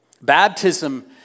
Baptism